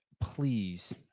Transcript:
please